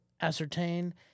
ascertain